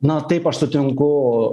na taip aš sutinku